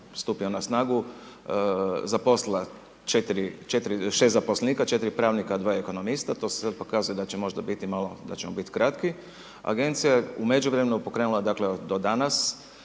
stupio na snagu, zaposlila 6 zaposlenika, 4 pravnika, 2 ekonomiste, to se sad pokazuje da ćemo možda biti kratki, agencija je u međuvremenu pokrenula dakle do danas